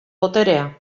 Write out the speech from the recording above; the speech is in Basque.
boterea